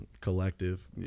collective